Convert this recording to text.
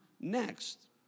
next